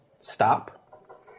stop